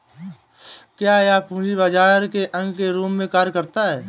क्या यह पूंजी बाजार के अंग के रूप में कार्य करता है?